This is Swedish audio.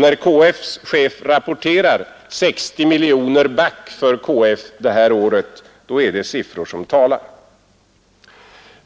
— När KF:s chef rapporterar 60 miljoner back för KF det här året, då är det siffror som talar.